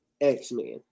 X-Men